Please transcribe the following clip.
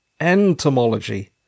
entomology